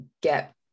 get